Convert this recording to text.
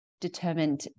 determined